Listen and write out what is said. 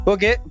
Okay